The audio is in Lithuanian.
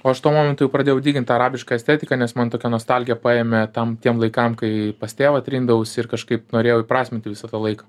o aš tuo momentu jau pradėjau dygint tą arabišką estetiką nes man tokia nostalgija paėmė tam tiem laikam kai pas tėvą trindavausi ir kažkaip norėjau įprasminti visą tą laiką